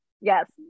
yes